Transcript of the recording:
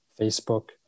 Facebook